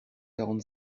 quarante